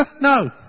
No